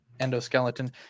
endoskeleton